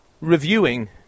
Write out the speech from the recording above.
reviewing